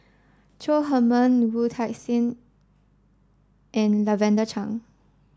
Chong Heman Wu Tsai and Lavender Chang